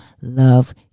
love